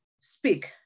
speak